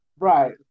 right